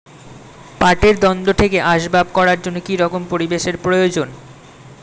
পাটের দণ্ড থেকে আসবাব করার জন্য কি রকম পরিবেশ এর প্রয়োজন?